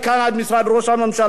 עד משרד ראש הממשלה.